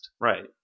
Right